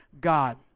God